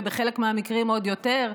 ובחלק מהמקרים עוד יותר.